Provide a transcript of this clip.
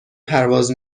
پرواز